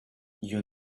you